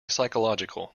psychological